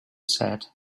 said